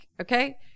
okay